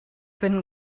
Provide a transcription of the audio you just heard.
bin